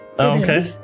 okay